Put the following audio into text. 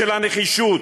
של הנחישות,